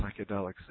psychedelics